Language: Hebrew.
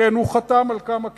כן, הוא חתם על כמה כיתות.